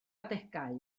adegau